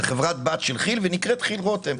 זה חברת בת של כי"ל ונקראת כי"ל רותם.